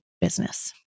business